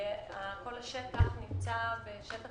נמצא בשטח